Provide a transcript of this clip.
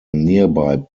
nearby